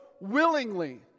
willingly